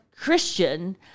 Christian